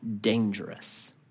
dangerous